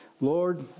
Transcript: Lord